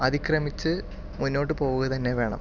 അതിക്രമിച്ച് മുന്നോട്ട് പോവുക തന്നെ വേണം